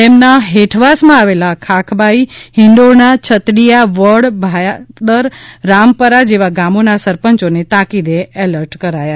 ડેમના હેઠવાસમાં આવેલા ખાખબાઈ હિંડોરણા છતડીયા વડ ભયાદર રામપરા જેવા ગામોના સરપંચોને તાકીદે એલર્ટ કરાયા